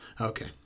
okay